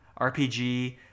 RPG